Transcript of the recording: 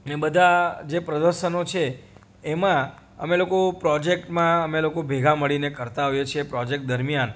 ને બધા જે પ્રદશનો છે એમા અમે લોકો પ્રોજેક્ટમાં અમે લોકો ભેગા મળીને કરતાં હોઈએ છે પ્રોજેક્ટ દરમિયાન